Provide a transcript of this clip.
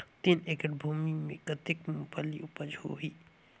तीन एकड़ भूमि मे कतेक मुंगफली उपज होही?